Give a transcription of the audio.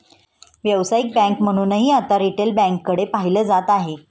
व्यावसायिक बँक म्हणूनही आता रिटेल बँकेकडे पाहिलं जात आहे